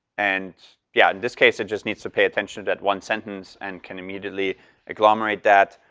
and yeah, in this case, it just needs to pay attention to that one sentence and can immediately agglomerate that.